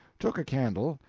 took a candle,